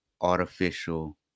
artificial